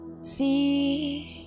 See